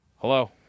Hello